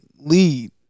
lead